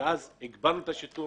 והגברנו את שיטור